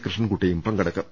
കൃഷ്ണൻകുട്ടിയും പങ്കെടുക്കും